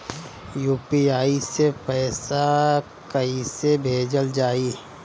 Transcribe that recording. UPI से पैसा कइसे भेजल जाई?